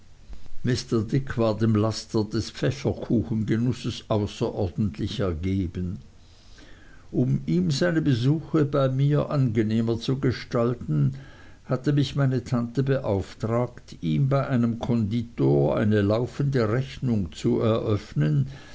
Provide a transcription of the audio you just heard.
mr dick war dem laster des pfefferkuchengenusses außerordentlich ergeben um ihm seine besuche bei mir angenehmer zu gestalten hatte mich meine tante beauftragt ihm bei einem konditor eine laufende rechnung zu eröffnen